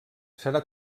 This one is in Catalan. serà